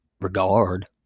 regard